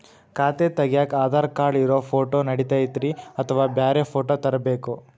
ಖಾತೆ ತಗ್ಯಾಕ್ ಆಧಾರ್ ಕಾರ್ಡ್ ಇರೋ ಫೋಟೋ ನಡಿತೈತ್ರಿ ಅಥವಾ ಬ್ಯಾರೆ ಫೋಟೋ ತರಬೇಕೋ?